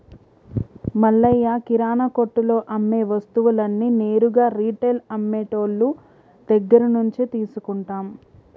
మల్లయ్య కిరానా కొట్టులో అమ్మే వస్తువులన్నీ నేరుగా రిటైల్ అమ్మె టోళ్ళు దగ్గరినుంచే తీసుకుంటాం